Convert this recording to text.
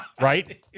right